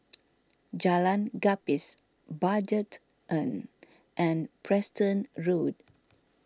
Jalan Gapis Budget Inn and Preston Road